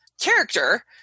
character